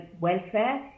welfare